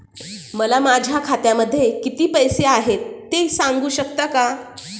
मला माझ्या खात्यामध्ये किती पैसे आहेत ते सांगू शकता का?